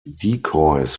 decoys